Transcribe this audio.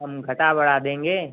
हम घटा बढ़ा देंगे